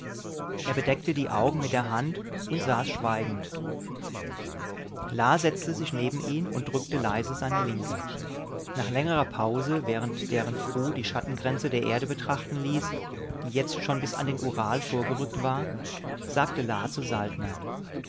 er bedeckte die augen mit der hand und saß schweigend la setzte sich neben ihn und drückte leise seine linke nach längerer pause während deren fru die schattengrenze der erde betrachten ließ die jetzt schon bis an den ural vorgerückt war sagte la zu